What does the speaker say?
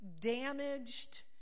damaged